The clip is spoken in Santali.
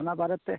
ᱚᱱᱟ ᱵᱟᱨᱮᱛᱮ